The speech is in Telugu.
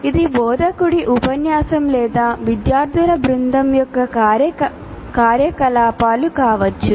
ఇది బోధకుడి ఉపన్యాసం లేదా విద్యార్థుల బృందం యొక్క కార్యకలాపాలు కావచ్చు